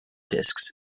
disks